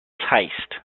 heist